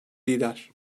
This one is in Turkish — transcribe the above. lider